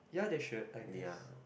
ya they should I guess